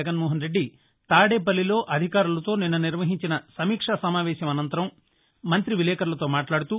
జగన్మోహన్ రెడ్డి తాడేపల్లిలో అధికారులతో నిన్న నిర్వహించిన సమీక్షా సమావేశం అనంతరం మంత్రి విలేకరులతో మాట్లాడుతూ